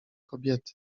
kobiety